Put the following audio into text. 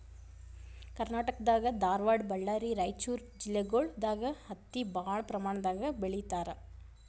ಕರ್ನಾಟಕ್ ದಾಗ್ ಧಾರವಾಡ್ ಬಳ್ಳಾರಿ ರೈಚೂರ್ ಜಿಲ್ಲೆಗೊಳ್ ದಾಗ್ ಹತ್ತಿ ಭಾಳ್ ಪ್ರಮಾಣ್ ದಾಗ್ ಬೆಳೀತಾರ್